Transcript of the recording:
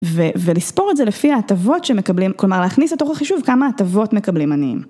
ולספור את זה לפי ההטבות שמקבלים, כלומר להכניס לתוך החישוב כמה הטבות מקבלים עניים.